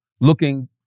looking